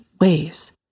ways